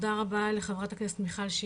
תודה רבה לחברת הכנסת מיכל שיר,